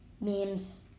memes